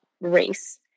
race